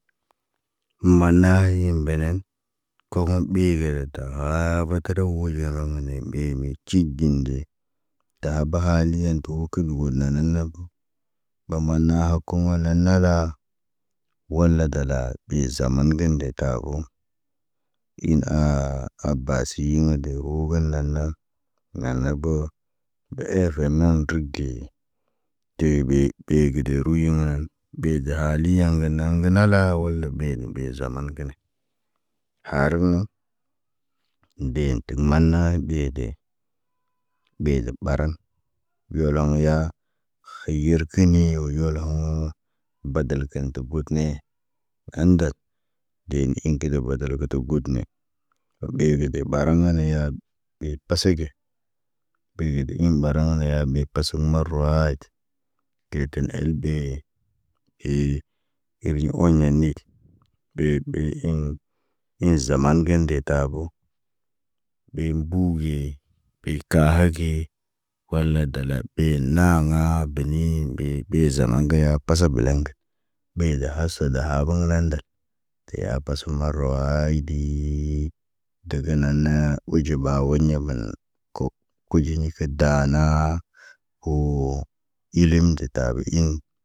Maana hayin belen, kəraw wole rawnde ɓe ne cidende. Tahaba hal yen to kəgo nana nab gə. Ba maanna haku wala nala. Wala dalal, ɓi zaman gen detabo. In aa, abasi nə de ogə nana, nana bə, na efen naŋg tərik ge. Te be, te gə de, ruyenan, be za haliyan naŋg gə naŋg nala walda ɓe kə zaman ki ne. Harun nəŋg, de tə man na ɓede. Ɓede ɓaraŋg, biyoloŋg ya. Khayirkini wo yolhoŋgõ. Badal kən tə gut ne, handal. Dee iŋg ketel baadal gaa gune. Ɓe gə deb mbaraŋg ŋgana ya, ɓe pasa ge. Peve de əŋg ɓari aŋg ya ɓe pasəŋg marawaayit. De ten elbe. Hee eriɲ oɲenit. Ɓe, ɓe iŋg zaman gen de tabo. Ɓe mbuu ge, ɓe kahal ge. Wala dala ɓeyin naaŋga beni ɓe, ɓe zaman ga ya pasa bəlaŋg. Ɓe da hasa dahaba nandal. Te a pasa marawaayit dii. Dəgə naanə, oɟeɓaw woɲegana ko, kuɟini ki danaa woo ilim de tabo iŋg.